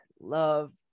love